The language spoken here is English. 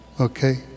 Okay